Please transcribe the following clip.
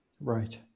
Right